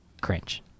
Cringe